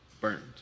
burned